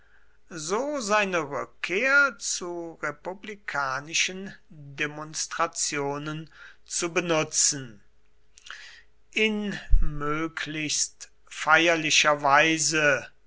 so seine rückkehr zu republikanischen demonstrationen zu benutzen in möglichst feierlicher weise